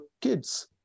kids